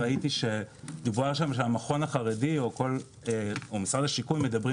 דובר שם שהמכון החרדי או משרד השיכון מדברים